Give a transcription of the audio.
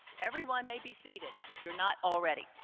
everyone may be seated if you're not already.